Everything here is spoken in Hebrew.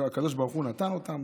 הקדוש ברוך הוא נתן אותם,